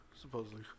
supposedly